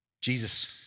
Jesus